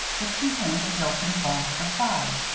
it contained a built-in bunk, besides,